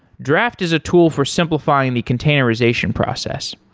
draft is a tool for simplifying the containerization process.